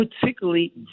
particularly